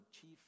chief